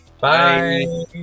Bye